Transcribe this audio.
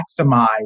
maximize